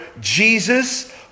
Jesus